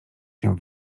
się